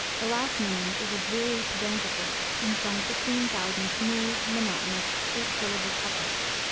the last named is a dreary, pedantic work, in some fifteen thousand smooth, monotonous, eight-syllabled couplets,